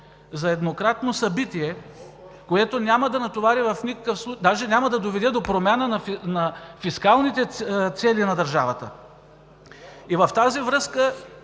за еднократно събитие, което няма да натовари, дори няма да доведе до промяна на фискалните цели на държавата. И в тази връзка